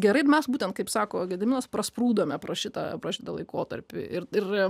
gerai mes būtent kaip sako gediminas prasprūdome pro šitą pro šitą laikotarpį ir